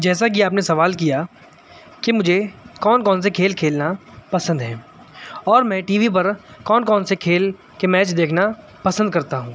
جیسا کہ آپ نے سوال کیا کہ مجھے کون کون سے کھیل کھیلنا پسند ہیں اور میں ٹی وی پر کون کون سے کھیل کے میچ دیکھنا پسند کرتا ہوں